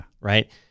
right